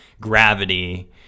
Gravity